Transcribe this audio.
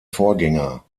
vorgänger